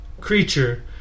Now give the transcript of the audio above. creature